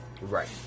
Right